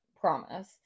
Promise